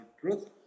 truth